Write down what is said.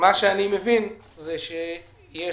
אני מבין שיש